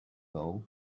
though